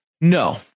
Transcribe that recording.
No